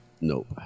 Nope